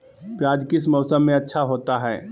प्याज किस मौसम में अच्छा होता है?